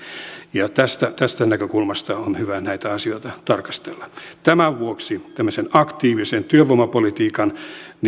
tästä tästä näkökulmasta on hyvä näitä asioita tarkastella ja tämän vuoksi tämmöisen aktiivisen työvoimapolitiikan